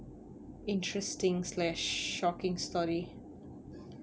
interesting slash shocking story